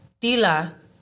tila